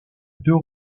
deux